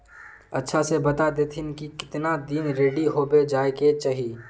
अच्छा से बता देतहिन की कीतना दिन रेडी होबे जाय के चही?